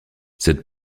cette